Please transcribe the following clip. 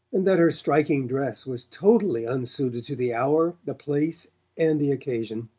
and that her striking dress was totally unsuited to the hour, the place and the occasion.